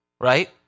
right